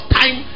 time